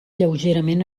lleugerament